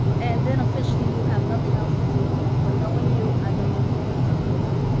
and then officially you have nothing else to do but knowing you i know you'll keep yourself busy.